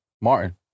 Martin